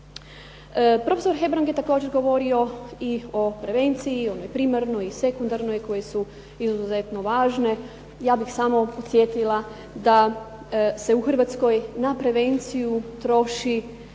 Profesor Hebrang je također govorio i o prevenciji onoj primarnoj i sekundarnoj koje su izuzetno važne. Ja bih samo podsjetila da se u Hrvatskoj na prevenciji troši